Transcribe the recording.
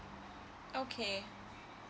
okay